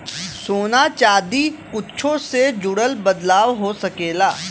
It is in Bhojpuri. सोना चादी कुच्छो से जुड़ल बदलाव हो सकेला